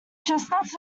chestnuts